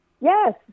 Yes